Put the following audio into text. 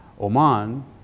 Oman